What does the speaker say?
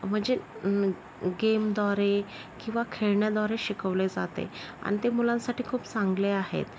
मं म्हणजे गेमद्वारे किंवा खेळण्याद्वारे शिकवले जाते आणि ते मुलांसाठी खूप चांगले आहेत